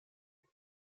hiziv